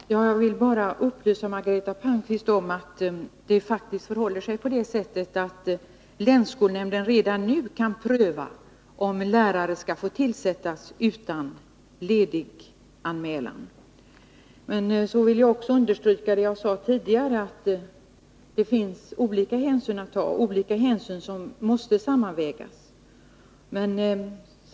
Fru talman! Jag vill bara upplysa Margareta Palmqvist om att det faktiskt förhåller sig på det sättet att länsskolnämnden redan nu kan pröva om lärare skall få tillsättas utan lediganmälan. Sedan vill jag understryka vad jag sade tidigare, nämligen detta att olika hänsyn måste sammanvägas.